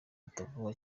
atavuwe